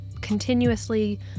continuously